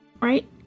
right